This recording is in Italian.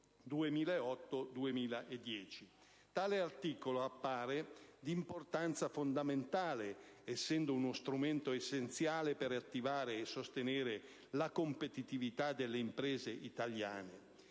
2008-2010. Tale articolo appare di importanza fondamentale, essendo uno strumento essenziale per attivare e sostenere la competitività delle imprese italiane.